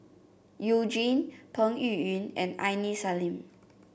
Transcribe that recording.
You Jin Peng Yuyun and Aini Salim